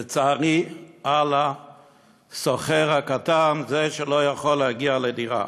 לצערי, על השוכר הקטן, זה שלא יכול להגיע לדירה.